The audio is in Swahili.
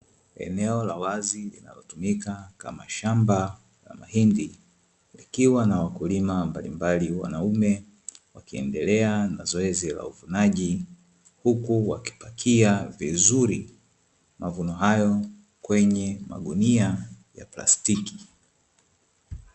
Eneo la wazi linalotumika kama shamba la mahindi likiwa na wakulima mbalimbali wanaume, wakiendelea na zoezi la uvunaji huku wakipakia vizuri mavuno hayo kwenye magunia ya plastiki.